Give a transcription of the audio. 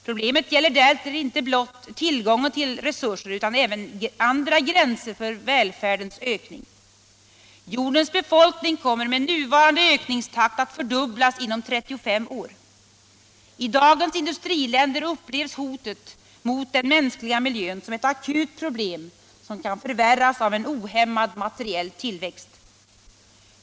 Problemet gäller därtill inte blott tillgången till resurser utan även andra gränser för välfärdens ökning. Jordens befolkning kommer med nuvarande ökningstakt att fördubblas inom 35 år. I dagens industriländer upplevs hotet mot den mänskliga miljön som ett akut problem som kan förvärras av en ohämmad materiell tillväxt.